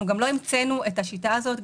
אנחנו גם לא המצאנו את השיטה הזאת.